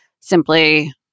simply